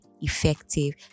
effective